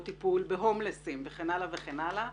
כמו טיפול בהומלסים וכן הלאה וכן הלאה.